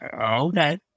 Okay